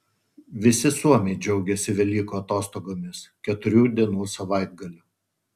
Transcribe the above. visi suomiai džiaugiasi velykų atostogomis keturių dienų savaitgaliu